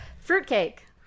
Fruitcake